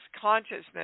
consciousness